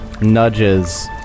nudges